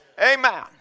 Amen